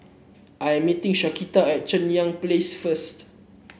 I am meeting Shaquita at Cheng Yan Place first